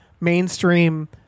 mainstream